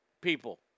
people